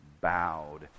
bowed